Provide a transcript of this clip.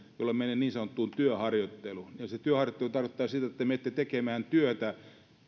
jolloin menen niin sanottuun työharjoitteluun se työharjoittelu tarkoittaa sitä että te menette tekemään työtä